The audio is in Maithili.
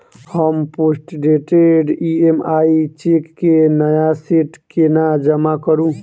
हम पोस्टडेटेड ई.एम.आई चेक केँ नया सेट केना जमा करू?